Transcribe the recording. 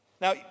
Now